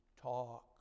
talk